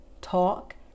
talk